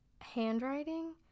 handwriting